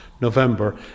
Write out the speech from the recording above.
November